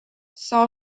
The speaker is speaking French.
son